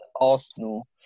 Arsenal